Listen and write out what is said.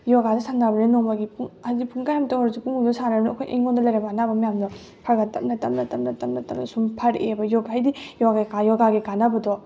ꯌꯣꯒꯥꯁꯦ ꯁꯥꯟꯅꯔꯕꯅꯤꯅ ꯅꯣꯡꯃꯒꯤ ꯄꯨꯡ ꯍꯥꯏꯗꯤ ꯄꯨꯡꯈꯥꯏꯃꯨꯛꯇ ꯑꯣꯏꯔꯁꯨ ꯄꯨꯡ ꯃꯨꯛꯇ ꯁꯥꯟꯅꯔꯕꯅꯤꯅ ꯑꯩꯈꯣꯏ ꯑꯩꯉꯣꯟꯗ ꯂꯩꯔꯝꯕ ꯑꯅꯥꯕ ꯃꯌꯥꯝꯗꯣ ꯈꯔ ꯈꯔ ꯇꯞꯅ ꯇꯞꯅ ꯇꯞꯅ ꯇꯞꯅ ꯇꯞꯅ ꯁꯨꯝ ꯐꯔꯛꯑꯦꯕ ꯌꯣꯒꯥ ꯍꯥꯏꯗꯤ ꯌꯣꯒꯥ ꯌꯣꯒꯥꯒꯤ ꯀꯥꯟꯅꯕꯗꯣ